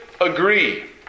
agree